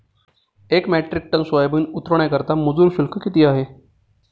एक metric tonne soybean उतरवण्याकरता मजूर शुल्क किती आहे?